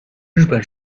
日本